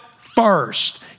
first